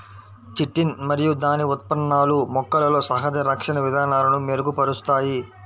chitin మరియు దాని ఉత్పన్నాలు మొక్కలలో సహజ రక్షణ విధానాలను మెరుగుపరుస్తాయి